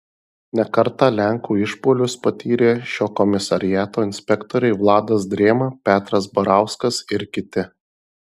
ne kartą lenkų išpuolius patyrė šio komisariato inspektoriai vladas drėma petras barauskas ir kiti